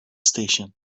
station